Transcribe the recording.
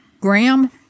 Graham